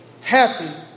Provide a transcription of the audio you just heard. Happy